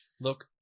look